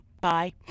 Bye